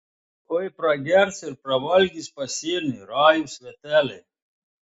oi pragers ir pravalgys pasienį rajūs sveteliai